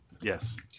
Yes